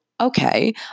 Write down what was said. okay